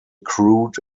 crude